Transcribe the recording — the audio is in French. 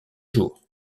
jours